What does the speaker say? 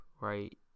right